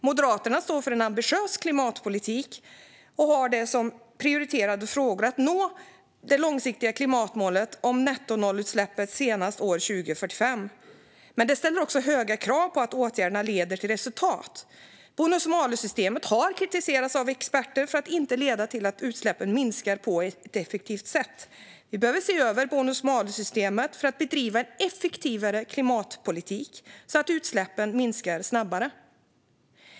Moderaterna står för en ambitiös klimatpolitik för att nå det långsiktiga klimatmålet om nettonollutsläpp senast år 2045. Men det ställer också höga krav på att åtgärderna leder till resultat. Bonus-malus-systemet har kritiserats av experter för att inte leda till att utsläppen minskar på ett effektivt sätt. Vi behöver se över bonus-malus-systemet och bedriva en effektivare klimatpolitik så att utsläppen minskar snabbare.